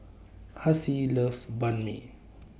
Hassie loves Banh MI